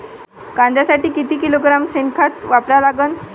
कांद्यासाठी किती किलोग्रॅम शेनखत वापरा लागन?